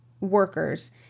workers